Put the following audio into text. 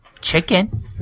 chicken